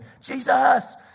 Jesus